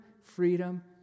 freedom